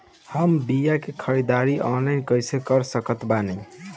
हम बीया के ख़रीदारी ऑनलाइन कैसे कर सकत बानी?